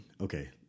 okay